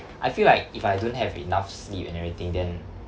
I feel like if I don't have enough sleep and everything then